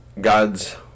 god's